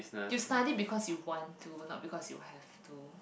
you study because you want to not because you have to